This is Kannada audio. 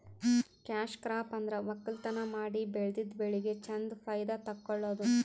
ಕ್ಯಾಶ್ ಕ್ರಾಪ್ ಅಂದ್ರ ವಕ್ಕಲತನ್ ಮಾಡಿ ಬೆಳದಿದ್ದ್ ಬೆಳಿಗ್ ಚಂದ್ ಫೈದಾ ತಕ್ಕೊಳದು